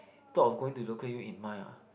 thought of going to local U in mind ah